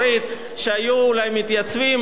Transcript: מצביעים נגד או נעלמים במחאה,